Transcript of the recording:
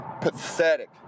Pathetic